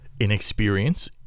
inexperience